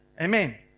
Amen